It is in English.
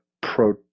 pro